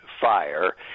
fire